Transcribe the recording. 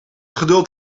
geduld